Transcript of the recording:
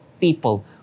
people